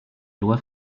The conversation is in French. lois